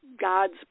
god's